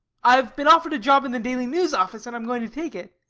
i've been offered a job in the daily news office and i'm going to take it.